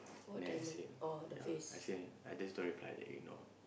nest then I say ya I say I just don't reply that I ignore it